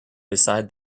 beside